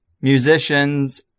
musicians